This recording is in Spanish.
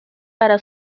para